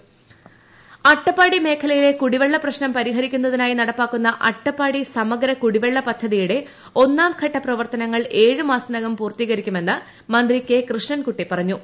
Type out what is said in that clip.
അട്ടപ്പാടി കുടിവെള്ള പ്രശ്നം അട്ടപ്പാടി മേഖലയിലെ കുടിവെള്ള പ്രശ്നം പരിഹാരിക്കുന്നതിനായി നടപ്പാക്കുന്ന അട്ടപ്പാടി സമഗ്ര കുടിവെള്ള പദ്ധതിയുടെ ഒന്നാംഘട്ട പ്രവർത്തനങ്ങൾ ഏഴുമാസത്തിനകം പൂർത്തീകരിക്കുമെന്ന് മന്ത്രി കൃഷ്ണൻകുട്ടി പറഞ്ഞു